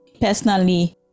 personally